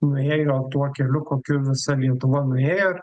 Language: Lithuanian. nuėjo tuo keliu kokiu visa lietuva nuėjo